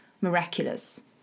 miraculous